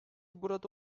burada